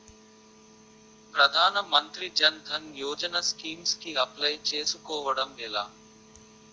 ప్రధాన మంత్రి జన్ ధన్ యోజన స్కీమ్స్ కి అప్లయ్ చేసుకోవడం ఎలా?